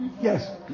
yes